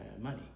money